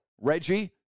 Reggie